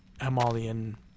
Himalayan